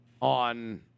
on